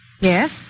Yes